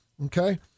Okay